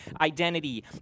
identity